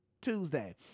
Tuesday